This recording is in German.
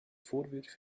vorwürfe